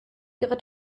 ihre